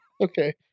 Okay